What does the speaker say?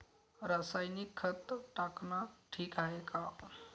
रासायनिक खत टाकनं ठीक हाये का?